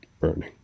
burning